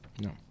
No